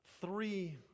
three